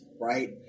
Right